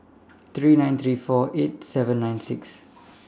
three nine three four eight seven nine six